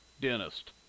Dentist